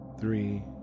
three